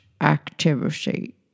activity